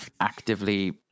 actively